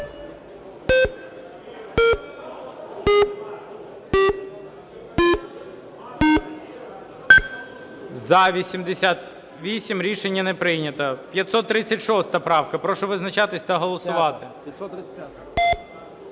За-88 Рішення не прийнято. 536 правка. Прошу визначатись та голосувати.